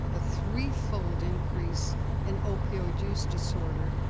a three-fold increase in opioid use disorder.